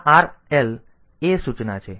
આ RL A સૂચના છે